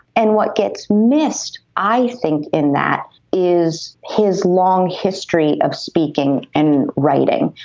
and what gets missed i think in that is his long history of speaking and writing.